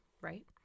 right